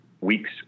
weeks